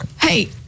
Hey